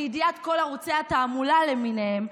לידיעת כל ערוצי התעמולה למיניהם,